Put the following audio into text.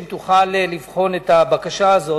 האם תוכל לבחון את הבקשה הזאת,